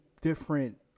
different